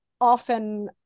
often